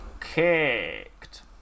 kicked